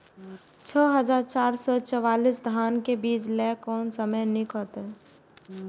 छः हजार चार सौ चव्वालीस धान के बीज लय कोन समय निक हायत?